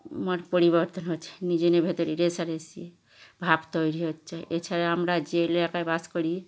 মোড় পরিবর্তন হচ্ছে নিজেদের ভেতরে রেষারেষি ভাব তৈরি হচ্ছে এছাড়া আমরা যে এলাকায় বাস করি